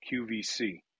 QVC